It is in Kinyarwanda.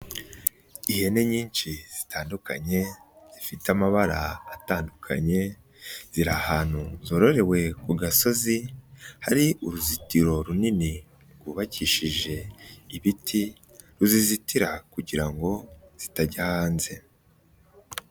Ihene nyinshi zitandukanye zifite amabara atandukanye ziri ahantu zororewe ku gasozi hari uruzitiro runini rwubakishije ibiti ruzizitira kugira ngo zitajya hanze.